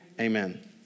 amen